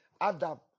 Adam